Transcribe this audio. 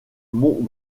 mont